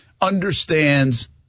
understands